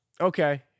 Okay